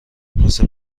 واسه